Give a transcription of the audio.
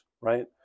right